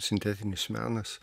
sintetinis menas